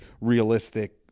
realistic